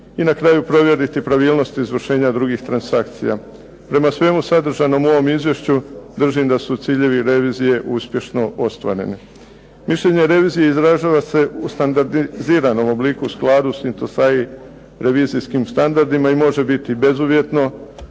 i na kraju provjeriti pravilnost izvršenja drugih transakcija. Prema svemu sadržanom u ovom izvješću držim da su ciljevi revizije uspješno ostvareni. Mišljenje revizije izražava se u standardiziranom obliku u skladu s INTOSAI revizijskim standardima i može biti bezuvjetno